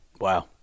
Wow